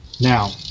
Now